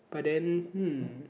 but then mm